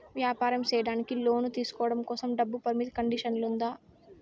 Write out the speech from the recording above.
వ్యాపారం సేయడానికి లోను తీసుకోవడం కోసం, డబ్బు పరిమితి కండిషన్లు ఉందా?